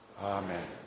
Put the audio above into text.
Amen